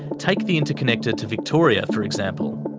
take the interconnector to victoria, for example.